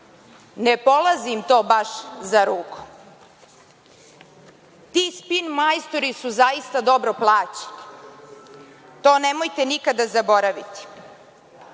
Ne polazi im to baš za rukom. Ti spin majstori su zaista dobro plaćeni. To nemojte nikada zaboraviti.